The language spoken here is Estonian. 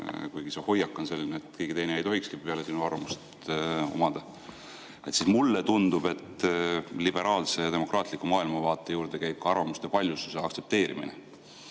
kuigi su hoiak on selline, et keegi teine peale sinu ei tohikski arvamust omada, siis mulle tundub, et liberaalse demokraatliku maailmavaate juurde käib ka arvamuste paljususe aktsepteerimine.